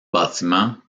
bâtiments